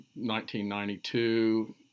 1992